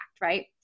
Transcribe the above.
right